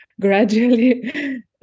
gradually